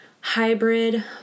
hybrid